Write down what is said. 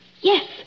Yes